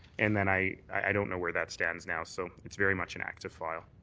and and i i don't know where that stands now. so it's very much an active file.